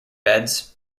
beds